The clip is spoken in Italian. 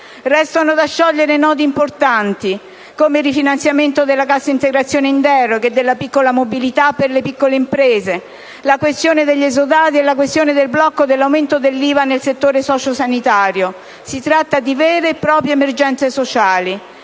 Restano da sciogliere nodi importanti, come il rifinanziamento della cassa integrazione in deroga e della piccola mobilità per le piccole imprese, la questione degli esodati e la questione del blocco dell'aumento dell'IVA nel settore sociosanitario. Si tratta di vere e proprie emergenze sociali.